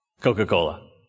Coca-Cola